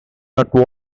not